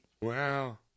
Wow